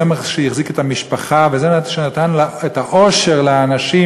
זה מה שהחזיק את המשפחה וזה מה שנתן את האושר לאנשים,